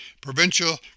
Provincial